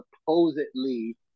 supposedly